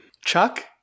Chuck